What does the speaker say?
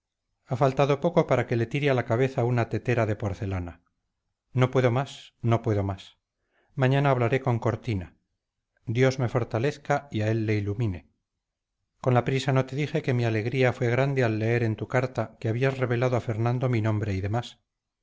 ha faltado poco para que le tire a la cabeza una tetera de porcelana no puedo más no puedo más mañana hablaré con cortina dios me fortalezca y a él le ilumine con la prisa no te dije que mi alegría fue grande al leer en tu carta que habías revelado a fernando mi nombre y demás